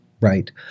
Right